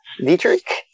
Dietrich